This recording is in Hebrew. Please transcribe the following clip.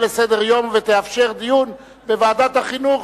לסדר-היום ויתאפשר דיון בוועדת החינוך,